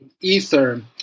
ether